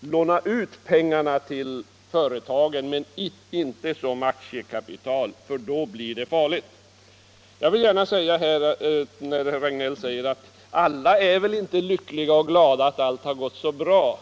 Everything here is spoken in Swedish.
Låna ut pengar till företagen men inte i form av aktiekapital, för då blir det farligt! Herr Regnéll sade att alla inte är lyckliga och glada och tycker att allt gått bra.